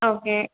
okay